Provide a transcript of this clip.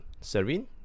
Serene